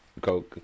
Go